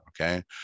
Okay